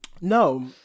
no